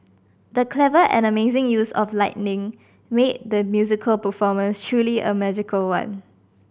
the clever and amazing use of lighting made the musical performance truly a magical one